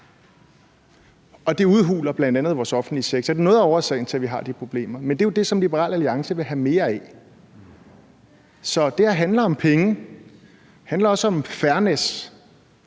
det udhuler bl.a. vores offentlige sektor, og det er noget af årsagen til, at vi har de problemer. Men det er jo det, som Liberal Alliance vil have mere af. Så det her handler om penge, og det handler også om fairness